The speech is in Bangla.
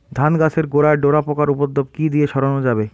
ধান গাছের গোড়ায় ডোরা পোকার উপদ্রব কি দিয়ে সারানো যাবে?